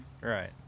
Right